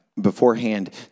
beforehand